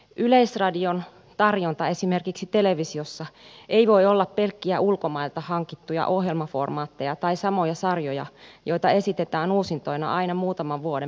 yleisradion tarjonta esimerkiksi televisiossa ei voi olla pelkkiä ulkomailta hankittuja ohjelmaformaatteja tai samoja sarjoja joita esitetään uusintoina aina muutaman vuoden määrävälein